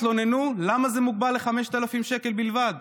התלוננו: למה זה מוגבל ל-5,000 שקל בלבד?